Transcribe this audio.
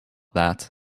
that